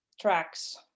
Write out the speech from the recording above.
tracks